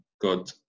god